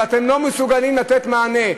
ואתם לא מסוגלים לתת מענה.